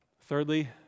Thirdly